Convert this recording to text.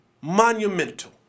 monumental